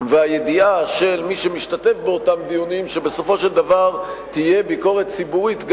והידיעה של מי שמשתתף באותם דיונים שבסופו של דבר תהיה ביקורת ציבורית,